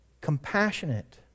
compassionate